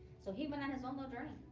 so he went on his own little journey.